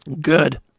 Good